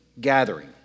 gathering